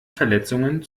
verletzungen